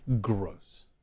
Gross